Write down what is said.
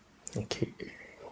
okay